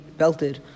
belted